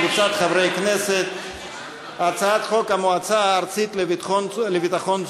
בואו נחפש אצלנו מה אנחנו יכולים לעשות.